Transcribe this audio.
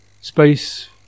space